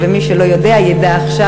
ומי שלא יודע ידע עכשיו.